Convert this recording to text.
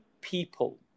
people